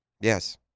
Yes